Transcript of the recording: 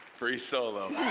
free solo.